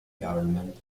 government